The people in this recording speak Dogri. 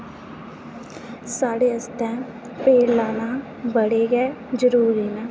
साढ़े आस्तै पेड़ लाना बड़ा गै जरूरी न